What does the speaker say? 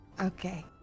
Okay